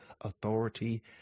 authority